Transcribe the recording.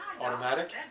automatic